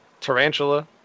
Tarantula